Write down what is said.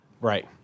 Right